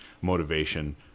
motivation